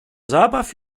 zabaw